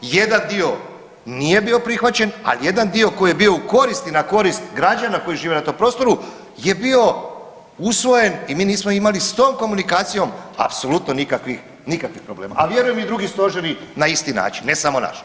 Jedan dio nije bio prihvaćen, a jedan dio koji je bio u korist i na korist građana koji žive na tom prostoru je bio usvojen i mi nismo imali s tom komunikacijom apsolutno nikakvih, nikakvih problema, a vjerujem i drugi stožeri na isti način, ne samo naš.